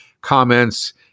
comments